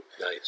Nice